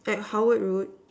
at Howard route